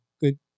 good